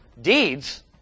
Deeds